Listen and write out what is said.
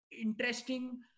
interesting